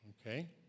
Okay